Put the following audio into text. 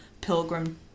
pilgrim